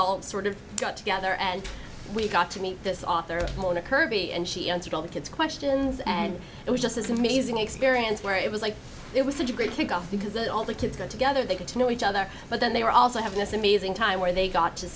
all sort of got together and we got to meet this author mona kirby and she answered all the kids questions and it was just as amazing experience where it was like it was such a great kick off because it all the kids got together they get to know each other but then they were also have this amazing time where they got